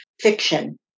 fiction